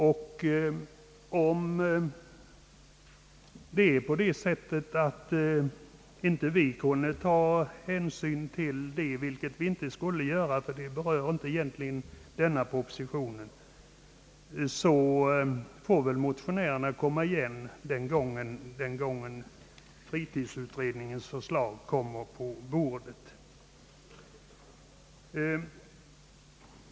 Om vi inte skall få ta hänsyn till vad som där anförts — vilket vi väl inte heller skall, eftersom det egentligen inte berör denna proposition — får motionärerna återkomma när fritidsutredningens betänkande föreligger.